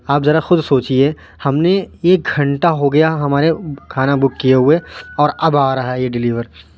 آپ ذرا خود سوچیے ہم نے ایک گھنٹہ ہو گیا ہمارے کھانا بک کیے ہوئے اور اب آ رہا ہے یہ ڈلیور